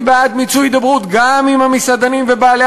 אני בעד מיצוי הידברות גם עם המסעדנים ובעלי